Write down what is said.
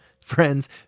friends